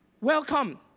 welcome